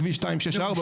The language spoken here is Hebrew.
בכביש 264,